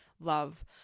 love